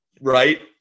Right